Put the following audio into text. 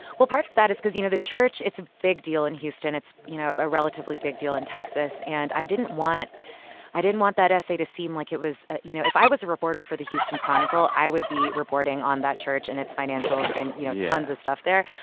well, part of that is because, you know, the church it's a big deal in houston. it's, you know, a relatively big deal in texas. and i didn't want i didn't want that essay to seem like it was you know, if i was a reporter for the houston chronicle, i would be reporting on that church and its financials and, you know, tons of stuff there.